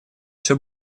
все